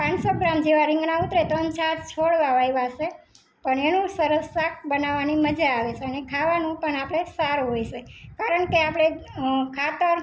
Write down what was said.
પાંચસો ગ્રામ જેવાં રીંગણા ઉતરે ત્રણ ચાર છોડવાં વાવ્યાં છે પણ એનું સરસ શાક બનાવવાની મજા આવે છે અને ખાવાનું પણ આપણે સારું હોય છે કારણ કે આપણે ખાતર